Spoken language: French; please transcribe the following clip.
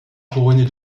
couronnée